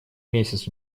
месяц